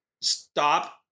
stop